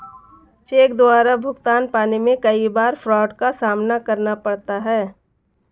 check द्वारा भुगतान पाने में कई बार फ्राड का सामना करना पड़ता है